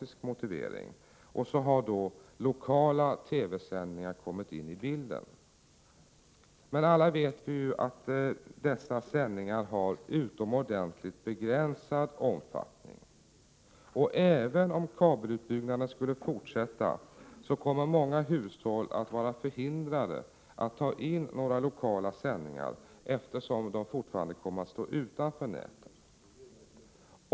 SMET (socka säkringsutskottet motivering, och så har då lokala TV-sändningar kommit in i bilden. Men alla vet vi att dessa sändningar har utomordentligt begränsad omfattning. Och även om kabelutbyggnaden skulle fortsätta kommer många hushåll att vara förhindrade att ta in några lokala sändningar, eftersom de fortfarande kommer att stå utanför näten.